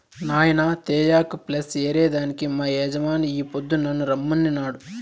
నాయినా తేయాకు ప్లస్ ఏరే దానికి మా యజమాని ఈ పొద్దు నన్ను రమ్మనినాడు